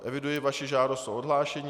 Eviduji vaši žádost o odhlášení.